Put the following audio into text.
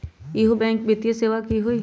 इहु बैंक वित्तीय सेवा की होई?